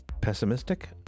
pessimistic